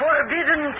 Forbidden